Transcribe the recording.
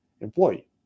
employee